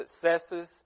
successes